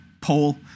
poll